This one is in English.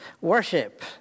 Worship